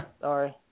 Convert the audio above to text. Sorry